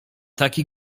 taki